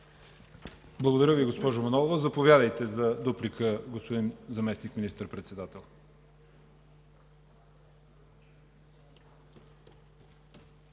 Благодаря Ви, госпожо Манолова. Заповядайте за дуплика, господин заместник министър-председател.